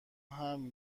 حمل